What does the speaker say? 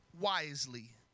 wisely